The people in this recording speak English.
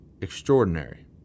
extraordinary